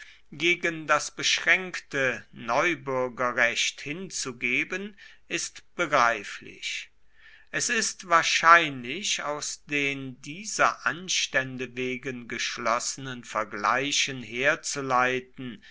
gegen das beschränkte neubürgerrecht hinzugeben ist begreiflich es ist wahrscheinlich aus den dieser anstände wegen geschlossenen vergleichen herzuleiten